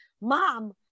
Mom